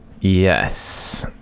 yes